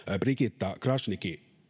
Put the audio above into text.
brigita krasniqi